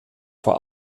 vor